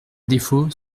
défaut